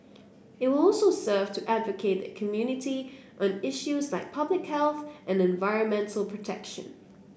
it will also serve to advocate the community on issues like public health and environmental protection